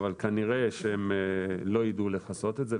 אבל כנראה שהם לא ידעו לכסות את זה,